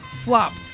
flopped